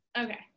okay